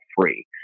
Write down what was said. free